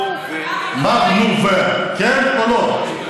נו, ו- מה נו, ו- כן או לא?